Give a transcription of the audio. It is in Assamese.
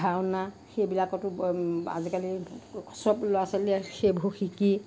ভাওনা সেইবিলাকতো আজিকালি সব ল'ৰা ছোৱালীয়ে সেইবোৰ শিকি